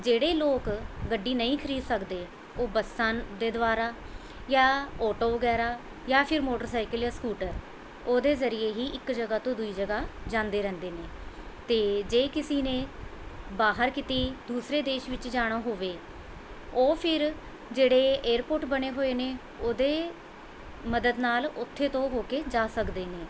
ਜਿਹੜੇ ਲੋਕ ਗੱਡੀ ਨਹੀਂ ਖਰੀਦ ਸਕਦੇ ਉਹ ਬੱਸਾਂ ਦੇ ਦੁਆਰਾ ਜਾਂ ਔਟੋ ਵਗੈਰਾ ਯਾ ਫਿਰ ਮੋਟਰਸਾਈਕਲ ਸਕੂਟਰ ਉਹਦੇ ਜ਼ਰੀਏ ਹੀ ਇੱਕ ਜਗ੍ਹਾ ਤੋਂ ਦੂਜੀ ਜਗ੍ਹਾ ਜਾਂਦੇ ਰਹਿੰਦੇ ਨੇ ਅਤੇ ਜੇ ਕਿਸੀ ਨੇ ਬਾਹਰ ਕਿਤੇ ਦੂਸਰੇ ਦੇਸ਼ ਵਿੱਚ ਜਾਣਾ ਹੋਵੇ ਉਹ ਫਿਰ ਜਿਹੜੇ ਏਅਰਪੋਰਟ ਬਣੇ ਹੋਏ ਨੇ ਉਹਦੇ ਮਦਦ ਨਾਲ ਉੱਥੇ ਤੋਂ ਹੋ ਕੇ ਜਾ ਸਕਦੇ ਨੇ